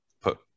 put